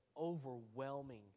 overwhelming